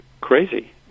crazy